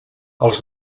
els